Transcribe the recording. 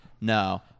No